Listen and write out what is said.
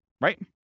Right